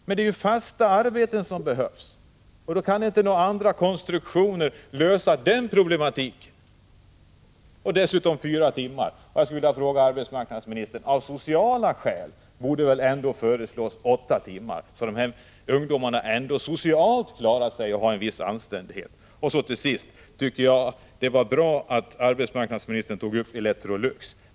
Men det är ju fasta arbeten som behövs. Några andra konstruktioner kan inte lösa dessa problem. Dessutom får ungdomarna bara arbeta fyra timmar per dag i ungdomslag. Jag vill därför fråga arbetsmarknadsministern: Av sociala skäl borde man väl ändå föreslå att ungdomarna skall få arbeta i ungdomslag åtta timmar per dag, så att de ändå socialt klarar sig och känner att de har kvar sin anständighet? Till sist tycker jag att det var bra att arbetsmarknadsministern tog upp Electrolux.